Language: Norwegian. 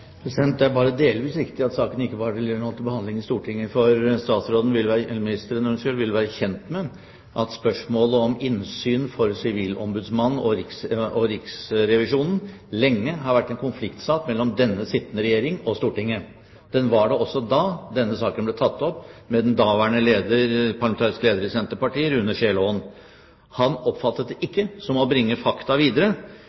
behandling i Stortinget, for ministeren vil være kjent med at spørsmålet om innsyn for Sivilombudsmannen og Riksrevisjonen lenge har vært en konfliktsak mellom denne sittende regjering og Stortinget. Den var det også da denne saken ble tatt opp med den daværende parlamentariske leder i Senterpartiet, Rune Skjælaaen. Han oppfattet det